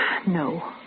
No